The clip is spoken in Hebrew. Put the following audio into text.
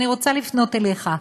אני רוצה לפנות אליך,